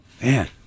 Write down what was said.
Man